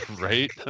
Right